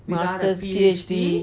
master's P_H_D